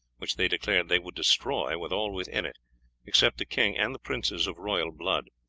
which they declared they would destroy, with all within it except the king and the princes of royal blood.